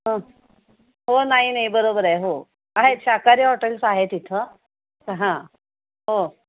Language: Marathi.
हं हो नाही नाही बरोबर आहे हो आहेत शाकाहारी हॉटेल्स आहे तिथं हां हो